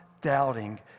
doubting